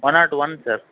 one not one sir